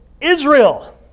Israel